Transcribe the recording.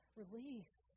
release